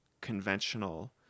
conventional